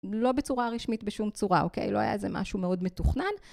לא בצורה רשמית בשום צורה, אוקיי? לא היה זה משהו מאוד מתוכנן.